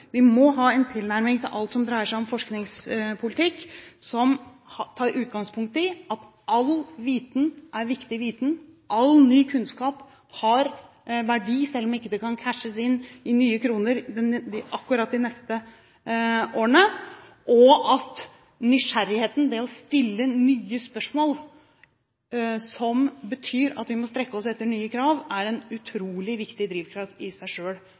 forskningspolitikk, må ha en tilnærming som tar utgangspunkt i at all viten er viktig viten, at all ny kunnskap har verdi – selv om det ikke kan cashes inn i nye kroner akkurat de neste årene – og at nysgjerrigheten, det å stille nye spørsmål som betyr at vi må strekke oss etter nye krav, i seg selv er en utrolig viktig drivkraft